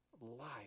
life